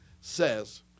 says